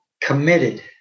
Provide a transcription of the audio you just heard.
committed